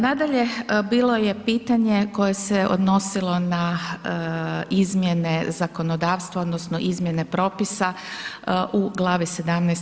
Nadalje, bilo je pitanje koje se odnosilo na izmjene zakonodavstva, odnosno izmjene propisa u glavi 17.